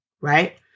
Right